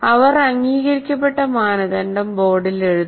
അവൾ അംഗീകരിക്കപ്പെട്ട മാനദണ്ഡം ബോർഡിൽ എഴുതുന്നു